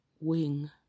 Wing